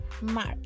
Mark